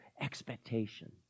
expectation